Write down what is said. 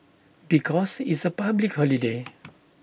because it's A public holiday